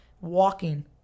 walking